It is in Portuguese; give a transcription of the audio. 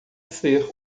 ser